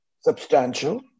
substantial